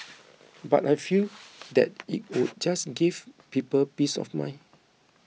but I feel that it would just give people peace of mind